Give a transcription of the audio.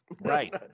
right